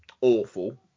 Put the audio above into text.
awful